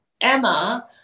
Emma